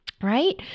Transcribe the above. right